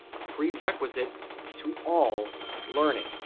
a pre-requisite to all learning.